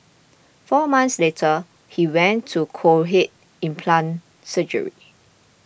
four months later he went to cochlear implant surgery